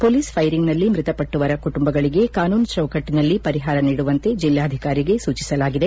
police ಫೈರಿಂಗ್ನಲ್ಲಿ ಮೃತಪಟ್ಟವರ ಕುಟುಂಬಗಳಿಗೆ ಕಾನೂನು ಚೌಕಟ್ಟನಲ್ಲಿ ಪರಿಹಾರ ನೀಡುವಂತೆ ಜಲ್ಲಾಧಿಕಾರಿಗೆ ಸೂಚಿಸಲಾಗಿದೆ